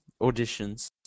auditions